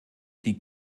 die